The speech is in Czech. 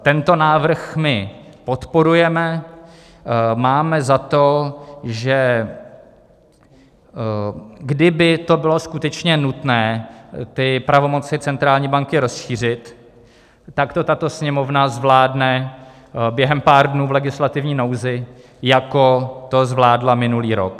Tento návrh podporujeme, máme za to, že kdyby to bylo skutečně nutné pravomoci centrální banky rozšířit, tak to tato Sněmovna zvládne během pár dnů v legislativní nouzi, jako to zvládla minulý rok.